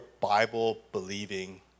Bible-believing